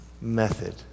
method